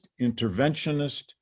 interventionist